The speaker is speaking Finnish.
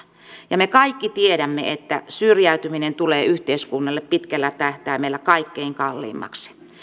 ja me kaikki tiedämme että syrjäytyminen tulee yhteiskunnalle pitkällä tähtäimellä kaikkein kalleimmaksi